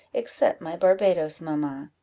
except my barbadoes mamma.